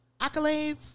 accolades